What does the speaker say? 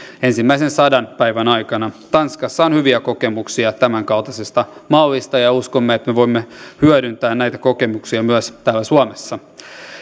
ensimmäisen sadan päivän aikana tanskassa on hyviä kokemuksia tämänkaltaisesta mallista ja uskomme että me voimme hyödyntää näitä kokemuksia myös täällä suomessa